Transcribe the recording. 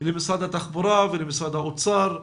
למשרד התחבורה ולמשרד האוצר,